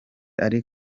ari